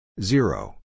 Zero